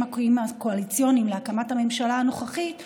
הקואליציוניים להקמת הממשלה הנוכחית,